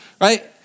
right